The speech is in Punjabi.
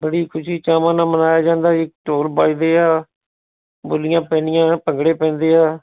ਬੜੀ ਖੁਸ਼ੀ ਚਾਵਾਂ ਨਾਲ਼ ਮਨਾਇਆ ਜਾਂਦਾ ਜੀ ਢੋਲ ਵੱਜਦੇ ਆ ਬੋਲੀਆਂ ਪੈਂਦੀਆਂ ਭੰਗੜੇ ਪੈਂਦੇ ਆ